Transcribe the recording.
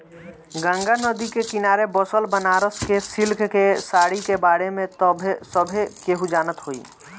गंगा नदी के किनारे बसल बनारस के सिल्क के साड़ी के बारे में त सभे केहू जानत होई